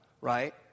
right